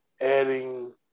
adding